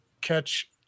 catch